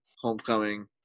Homecoming